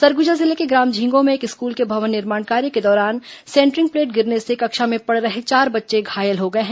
सरगुजा जिले के ग्राम झींगों में एक स्कूल के भवन निर्माण कार्य के दौरान सेंटरिंग प्लेट गिरने से कक्षा में पढ़ रहे चार बच्चे घायल हो गए हैं